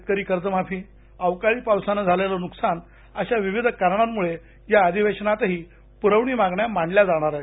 शेतकरी कर्जमाफीअवकाळी पावसाने मालेले नुकसान अशा विविध कारणांमुळे या अधिवेशनातही पुरवण्या मागण्या मांडल्या जाणार आहेत